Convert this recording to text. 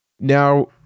Now